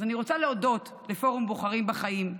אז אני רוצה להודות לפורום בוחרים בחיים,